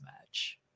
match